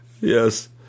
Yes